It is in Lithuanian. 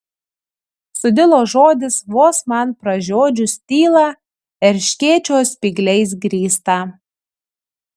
sudilo žodis vos man pražiodžius tylą erškėčio spygliais grįstą